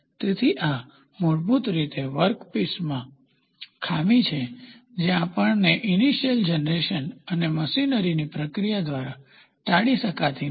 તેથી આ મૂળભૂત રીતે વર્કપીસમાં ખામી છે જે આપણને ઇનીશયલ જનરેશન અને મશીનરીની પ્રક્રિયા દ્વારા ટાળી શકાતી નથી